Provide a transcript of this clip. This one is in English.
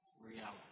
reality